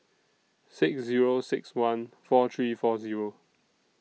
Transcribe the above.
six Zero six one four three four Zero